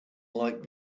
light